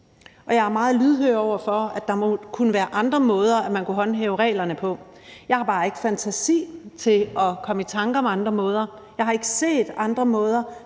Og jeg er meget lydhør over for, at der må kunne være andre måder at håndhæve reglerne på. Jeg har bare ikke fantasi til at komme i tanker om andre måder. Jeg har ikke set andre måder